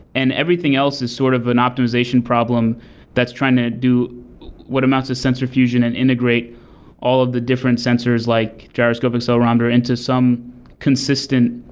and everything else is sort of an optimization problem that's trying to do what amounts to sensor fusion and integrate all of the different sensors, like gyroscope, accelerometer, into some consistent